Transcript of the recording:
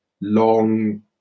long